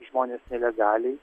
žmonės nelegaliai